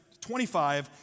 25